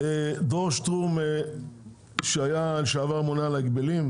דרור שטרום, לשעבר ממונה על ההגבלים.